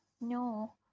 no